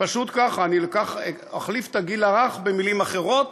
פשוט כך: אחליף את "הגיל הרך" במילים אחרות,